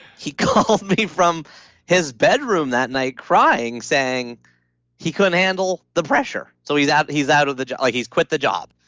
he called me from his bedroom that night crying saying he couldn't handle the pressure so he's out he's out of the job. like he's quit the job.